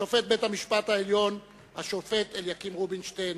שופט בית-המשפט העליון אליקים רובינשטיין,